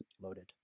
loaded